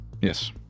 Yes